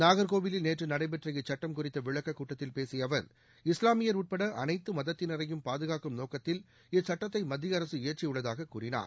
நாகர்கோவிலில் நேற்று நடைபெற்ற இச்சுட்டம் குறித்த விளக்கக் கூட்டத்தில் பேசிய அவர் இஸ்லாமியர் உட்பட அனைத்து மதத்தினரையும் பாதுகாக்கும் நோக்கத்தில் இச்சட்டத்தை மத்திய அரசு இயற்றியுள்ளதாக கூறினார்